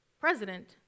President